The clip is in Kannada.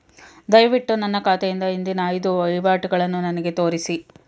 ದಯವಿಟ್ಟು ನನ್ನ ಖಾತೆಯಿಂದ ಹಿಂದಿನ ಐದು ವಹಿವಾಟುಗಳನ್ನು ನನಗೆ ತೋರಿಸಿ